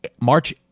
march